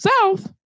south